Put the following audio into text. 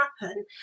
happen